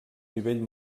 nivell